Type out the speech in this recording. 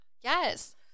Yes